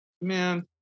man